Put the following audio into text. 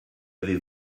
avez